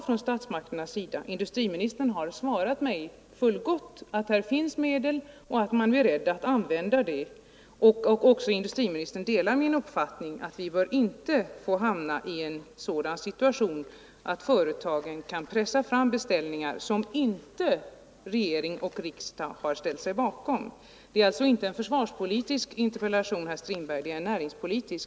Industriministern har givit mig ett fullgott svar där han säger att det finns medel och att regeringen är beredd att använda dem. Industriministern delar min uppfattning att vi inte får hamna i en sådan situation att företagen kan pressa fram beställningar som inte regering och riksdag har ställt sig bakom. Det är inte en försvarspolitisk interpellation jag ställt, herr Strindberg, utan en näringspolitisk.